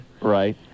right